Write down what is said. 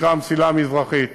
שנקרא המסילה המזרחית,